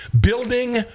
building